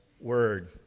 word